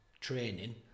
training